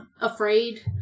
afraid